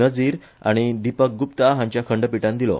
नझीर आनी दिपक गुप्ता हांच्या खंडपिठान दिलो